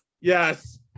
Yes